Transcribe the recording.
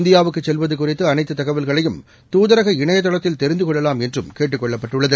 இந்தியாவுக்குச் செல்வது குறித்து அனைத்து தகவல்களையும் தூதரக இணையதளத்தில் தெரிந்து கொள்ளலாம் என்று கேட்டுக் கொள்ளப்பட்டுள்ளது